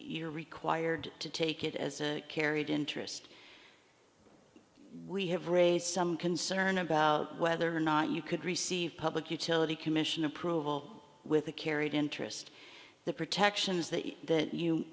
you're required to take it as a carried interest we have raise some concern about whether or not you could receive public utility commission approval with the carried interest the protections that you that you